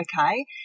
okay